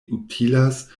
utilas